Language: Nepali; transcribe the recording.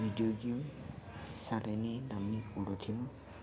भिडियो गेम साह्रै नै दामी कुरो थियो